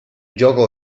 gioco